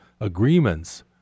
agreements